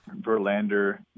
Verlander